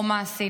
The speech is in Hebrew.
או מה עשינו?